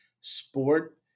sport